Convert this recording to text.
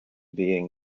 being